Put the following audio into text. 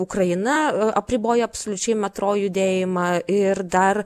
ukraina apribojo absoliučiai metro judėjimą ir dar